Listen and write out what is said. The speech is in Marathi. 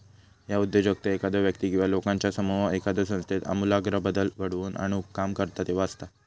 ह्या उद्योजकता एखादो व्यक्ती किंवा लोकांचो समूह एखाद्यो संस्थेत आमूलाग्र बदल घडवून आणुक काम करता तेव्हा असता